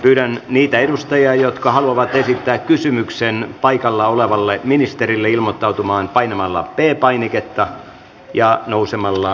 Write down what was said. pyydän niitä edustajia jotka haluavat esittää kysymyksen ministerille ilmoittautumaan painamalla p painiketta ja nousemalla seisomaan